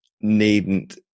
needn't